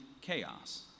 chaos